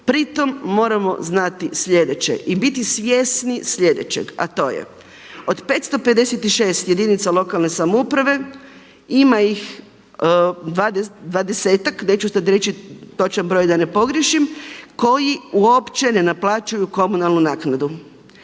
Pri tome moramo znati sljedeće i biti svjesni sljedećeg a to je, od 556 jedinica lokalne samouprave ima ih 20-ak, neću sada reći točan broj da ne pogriješim koji uopće ne naplaćuju komunalnu naknadu.